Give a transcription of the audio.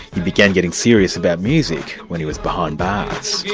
he began getting serious about music when he was behind bars.